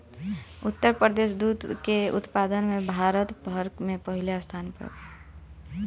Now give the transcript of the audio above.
उत्तर प्रदेश दूध के उत्पादन में भारत भर में पहिले स्थान पर बा